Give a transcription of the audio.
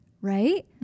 right